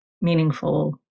meaningful